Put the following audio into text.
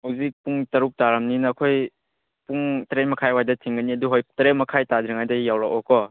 ꯍꯧꯖꯤꯛ ꯄꯨꯡ ꯇꯔꯨꯛ ꯇꯥꯔꯕꯅꯤꯅ ꯑꯩꯈꯣꯏ ꯄꯨꯡ ꯇꯔꯦꯠ ꯃꯈꯥꯏ ꯑꯗꯨꯋꯥꯏꯗ ꯊꯤꯡꯒꯅꯤ ꯑꯗꯨ ꯍꯣꯏ ꯇꯔꯦꯠ ꯃꯈꯥꯏ ꯇꯥꯗ꯭ꯔꯤꯉꯩꯗ ꯌꯧꯔꯛꯑꯣꯀꯣ